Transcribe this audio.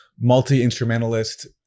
Multi-instrumentalist